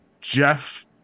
Jeff